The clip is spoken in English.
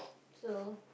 so